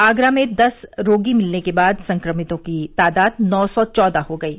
आगरा में दस रोगी मिलने के बाद संक्रमितों की तादाद नौ सौ चौदह हो गयी